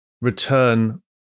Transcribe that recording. return